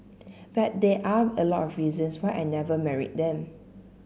but there are a lot of reasons why I never married them